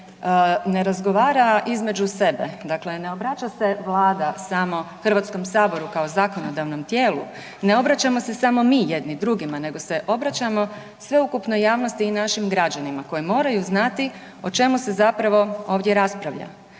ne razgovara između sebe, dakle ne obraća se Vlada samo HS-u kao zakonodavnom tijelu, ne obraćamo se samo mi jedni drugima nego se obraćamo sveukupnoj javnosti i našim građanima koji moraju znati o čemu se zapravo ovdje raspravlja.